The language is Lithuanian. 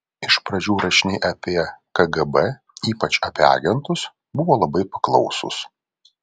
iš pradžių rašiniai apie kgb ypač apie agentus buvo labai paklausūs